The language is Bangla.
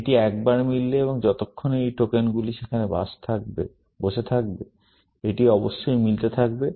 এটি একবার মিললে এবং যতক্ষণ এই টোকেনগুলি সেখানে বসে থাকবে এটি অবশ্যই মিলতে থাকবে